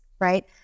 right